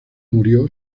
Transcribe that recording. murió